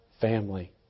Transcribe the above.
family